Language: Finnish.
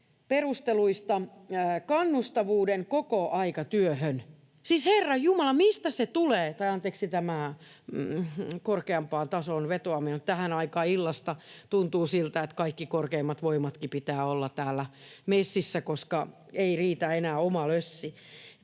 mainitsee ”kannustavuuden kokoaikatyöhön”. Siis herranjumala, mistä se tulee? Anteeksi tämä korkeampaan tasoon vetoaminen, mutta tähän aikaan illasta tuntuu, että kaikki korkeimmat voimatkin pitää olla täällä messissä, koska ei riitä enää oma lössi.